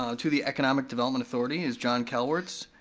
um to the economic development authority, is john calewarts,